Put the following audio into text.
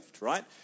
right